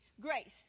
Grace